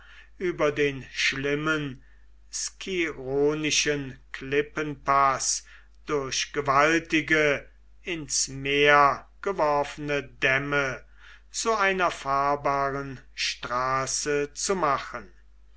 über den schlimmen skironischen klippenpaß durch gewaltige ins meer geworfene dämme zu einer fahrbaren straße zu machen